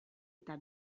eta